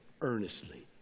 earnestly